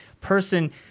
person